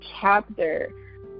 chapter